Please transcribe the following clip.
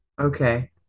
okay